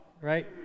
right